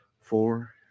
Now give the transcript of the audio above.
four